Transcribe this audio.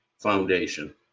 Foundation